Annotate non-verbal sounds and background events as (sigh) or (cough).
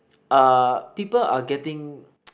uh people are getting (noise)